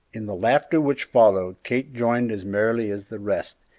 in the laughter which followed kate joined as merrily as the rest,